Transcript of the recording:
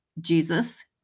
Jesus